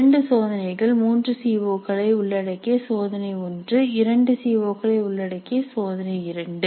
இரண்டு சோதனைகள் மூன்று சிஓக்களை உள்ளடக்கிய சோதனை 1 இரண்டு சிஓக்களை உள்ளடக்கிய சோதனை 2